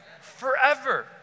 forever